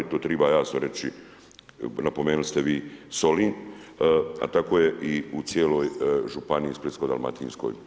To triba jasno reći, napomenuli ste vi Solin, a tako je i u cijeloj Županiji splitsko-dalmatinskoj.